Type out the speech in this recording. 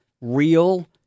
real